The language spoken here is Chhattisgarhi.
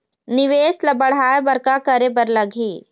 निवेश ला बढ़ाय बर का करे बर लगही?